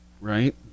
right